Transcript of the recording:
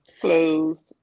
Closed